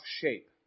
shape